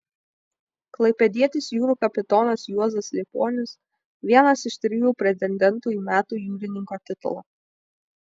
klaipėdietis jūrų kapitonas juozas liepuonius vienas iš trijų pretendentų į metų jūrininko titulą